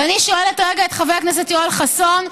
ואני שואלת כרגע את חבר הכנסת יואל חסון: